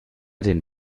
den